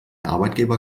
arbeitgeber